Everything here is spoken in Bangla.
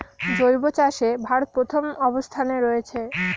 জৈব চাষে ভারত প্রথম অবস্থানে রয়েছে